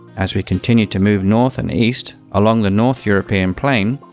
as we continue to move north and east along the north european plain,